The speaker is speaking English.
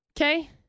Okay